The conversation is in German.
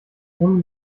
ohne